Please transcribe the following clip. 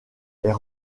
est